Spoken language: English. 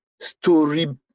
story